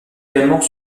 également